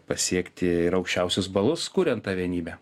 pasiekti ir aukščiausius balus kuriant tą vienybę